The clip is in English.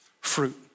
fruit